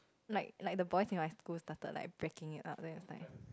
like like the boys in my school started like breaking it up then like